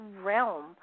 realm